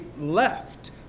left